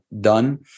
done